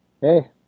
hey